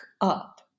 up